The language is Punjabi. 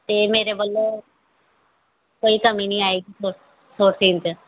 ਅਤੇ ਮੇਰੇ ਵੱਲੋਂ ਕੋਈ ਕਮੀ ਨਹੀਂ ਆਏਗੀ ਸੂ ਸੂਟ ਸਿਉਣ 'ਚ